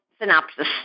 synopsis